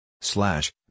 Slash